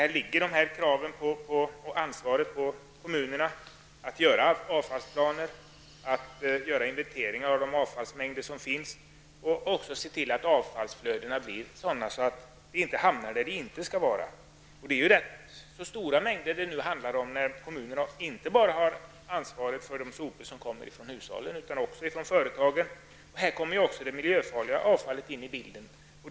Det ligger ett ansvar på kommunerna att utarbeta avfallsplaner och att göra inventeringar av de avfallsmängder som finns. De skall också se till att avfallsflödena blir sådana att soporna inte hamnar där de inte skall vara. Det handlar om stora mängder, när kommunerna har ansvar inte bara för de sopor som kommer från hushållen utan också för dem som kommer från företagen. Här kommer också det miljöfarliga avfallet in i bilden.